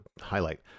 highlight